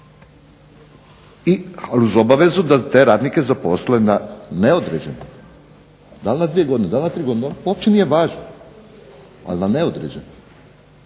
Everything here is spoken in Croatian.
rada uz obavezu da te radnike zaposle na neodređeno. Dal na dvije godine, dal na tri godine, uopće nije važno, ali na neodređeno